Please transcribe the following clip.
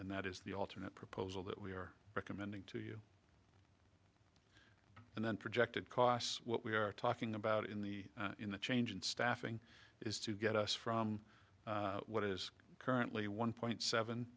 and that is the alternate proposal that we are recommending to you and then projected costs what we are talking about in the in the change in staffing is to get us from what is currently one point